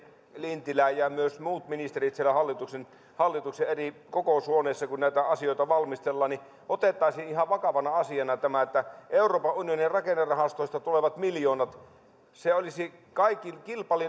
lintilä ja myös muut ministerit siellä hallituksen hallituksen eri kokoushuoneissa kun näitä asioita valmistellaan ottaisivat ihan vakavana asiana nämä euroopan unionin rakennerahastoista tulevat miljoonat se olisi